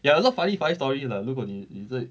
ya a lot of funny funny story lah 如果你你在